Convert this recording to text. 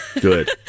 Good